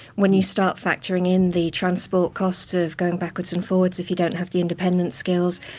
when you start factoring in the transport costs of going backwards and forwards if you don't have the independence skills,